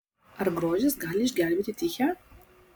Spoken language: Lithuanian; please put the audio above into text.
ar grožis gali išgelbėti tichę